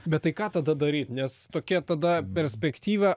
bet tai ką tada daryt nes tokia tada perspektyva